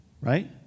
right